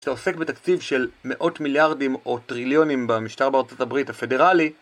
שעוסק בתקציב של מאות מיליארדים או טריליונים במשטר בארה״ב הפדרלי